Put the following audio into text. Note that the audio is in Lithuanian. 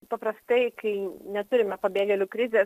paprastai kai neturime pabėgėlių krizės